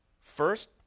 first